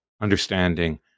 understanding